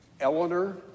Eleanor